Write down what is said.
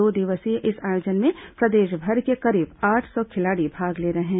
दो दिवसीय इस आयोजन में प्रदेशभर के करीब आठ सौ खिलाड़ी भाग ले रहे हैं